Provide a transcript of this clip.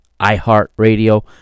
iHeartRadio